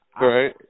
right